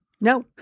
No